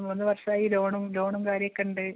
മൂന്ന് വർഷമായി ലോണും ലോണും കാര്യമൊക്കെ ഉണ്ട്